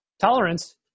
Tolerance